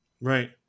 Right